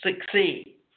succeed